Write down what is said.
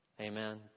Amen